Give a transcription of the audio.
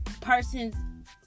person's